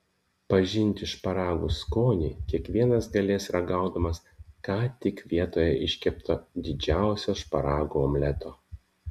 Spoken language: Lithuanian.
pažinti šparagų skonį kiekvienas galės ragaudamas ką tik vietoje iškepto didžiausio šparagų omleto